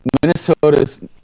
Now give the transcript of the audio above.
Minnesota's